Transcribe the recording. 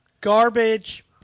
Garbage